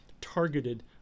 targeted